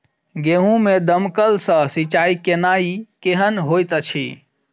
गेंहूँ मे दमकल सँ सिंचाई केनाइ केहन होइत अछि?